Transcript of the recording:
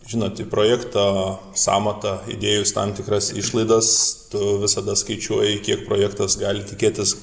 žinot į projekto sąmatą įdėjus tam tikras išlaidas tu visada skaičiuoji kiek projektas gali tikėtis